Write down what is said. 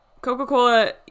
Coca-Cola